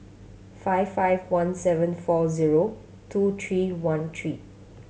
five five one seven four zero two three one three